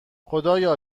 خدایا